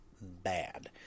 bad